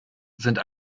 sind